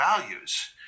values